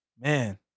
Man